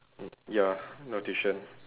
ya no tuition